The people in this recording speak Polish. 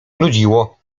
nudziło